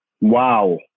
Wow